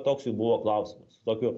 toks jų buvo klausimas su tokiu